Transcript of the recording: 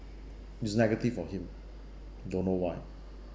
it's negative for him don't know why